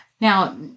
Now